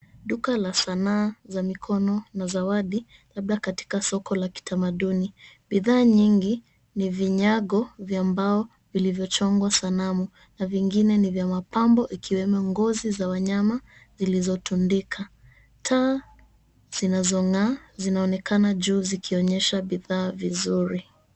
Duka la sanaa za mikono na zawadi labda katika soko la kitamaduni. Bidhaa nyingi ni vinyago vya mbao vilivyochongwa sanamu na vingine ni vya mapambo ikiwemo ngozi za wanyama zilizotundika. Taa zinazong'aa zinaonekana juu zikionyesha bidhaa vizuri.